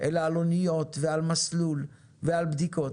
אלא על אוניות ועל מסלול ועל בדיקות.